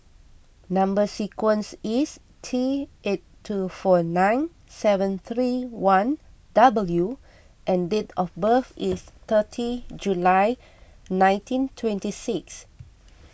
Number Sequence is T eight two four nine seven three one W and date of birth is thirty July nineteen twenty six